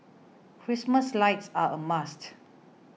Christmas lights are a must